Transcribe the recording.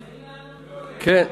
אתם מפריעים לאמנון כהן, כן.